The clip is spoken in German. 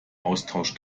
austausch